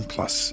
Plus